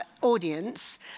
audience